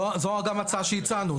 זו גם הצעה שהצענו.